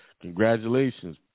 Congratulations